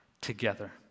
together